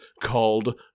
called